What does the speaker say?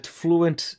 fluent